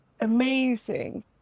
amazing